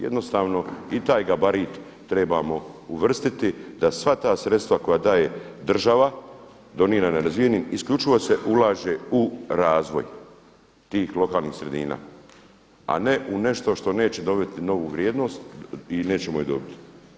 Jednostavno i taj gabarit trebamo uvrstiti da sva ta sredstva koja daje država donira nerazvijenim isključivo se ulaže u razvoj tih lokalnih sredina a ne u nešto što neće dobiti novu vrijednost i nećemo ju dobiti.